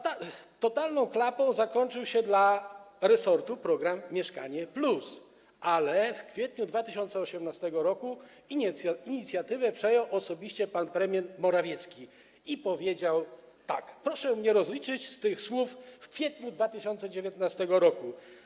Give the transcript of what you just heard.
Totalną klapą zakończył się dla resortu program „Mieszkanie+”, ale w kwietniu 2018 r. inicjatywę przejął osobiście pan premier Morawiecki i powiedział tak: Proszę mnie rozliczyć z tych słów w kwietniu 2019 r.